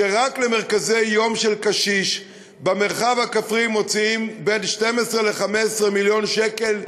שרק למרכזי-יום לקשיש במרחב הכפרי מוציאים בין 12 ל-15 מיליון שקל יותר.